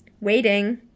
Waiting